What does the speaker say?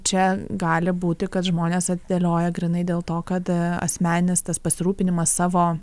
čia gali būti kad žmonės atidėlioja grynai dėl to kad asmeninis tas pasirūpinimas savo